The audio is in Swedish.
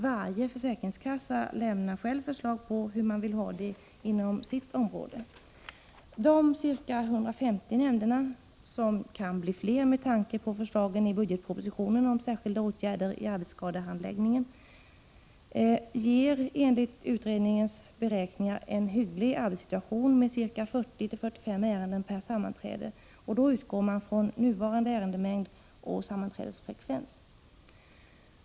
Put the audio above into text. Varje försäkringskassa lämnar själv förslag till hur det skall ordnas inom dess område. De ca 150 nämnderna — de kan bli fler med tanke på förslaget i budgetpropositionen om särskilda åtgärder i arbetsskadehandläggningen -— ger enligt utredningens beräkningar en hygglig arbetssituation med 40-45 ärenden per sammanträde. Då utgår man från nuvarande ärendemängd och sammanträdesfrekvens.